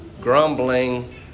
Grumbling